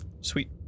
Sweet